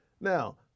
Now